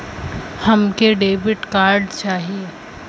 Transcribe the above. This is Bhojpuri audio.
हमके डेबिट कार्ड चाही?